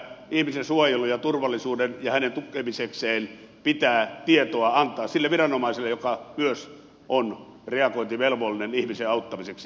ihmisen suojelun ja turvallisuuden takia ja hänen tukemisekseen pitää tietoa antaa sille viranomaiselle joka myös on reagointivelvollinen ihmisen auttamiseksi